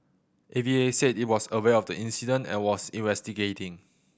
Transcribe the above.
A V A said it was aware of the incident and was investigating